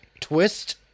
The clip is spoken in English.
twist